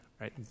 right